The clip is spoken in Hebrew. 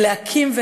ולהקים,